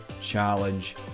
challenge